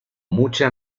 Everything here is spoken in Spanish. mucha